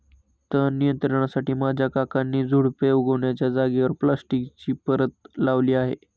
तण नियंत्रणासाठी माझ्या काकांनी झुडुपे उगण्याच्या जागेवर प्लास्टिकची परत लावली आहे